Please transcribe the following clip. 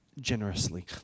generously